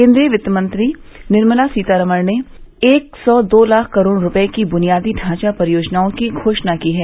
केन्द्रीय वित्तमंत्री निर्मला सीतारामन ने एक सौ दो लाख करोड़ रुपये की बुनियादी ढांचा परियोजनाओं की घोषणा की है